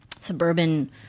suburban